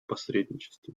посредничестве